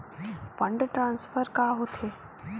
Fund transfer का होथे?